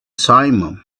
simum